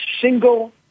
single